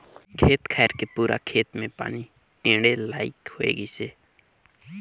खेत खायर के पूरा खेत मे पानी टेंड़े लईक होए गइसे